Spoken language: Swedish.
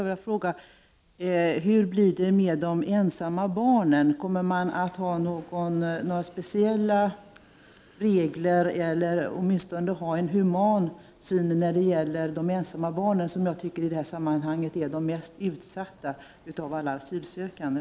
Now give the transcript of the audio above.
Hur blir det med de ensamma barnen? Kommer regeringen att ha några speciella regler för dem, eller kommer regeringen åtminstone att ha en human syn när det gäller dessa barn? Jag anser att dessa barn är de mest utsatta av de asylsökande.